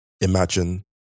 imagine